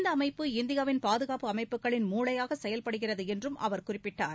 இந்த அமைப்பு இந்தியாவின் பாதுகாப்பு அமைப்புகளின் மூளையாக செயல்படுகிறது என்றும் அவர் குறிப்பிட்டார்